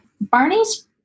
Barney's